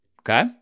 okay